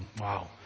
Wow